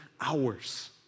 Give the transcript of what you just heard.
hours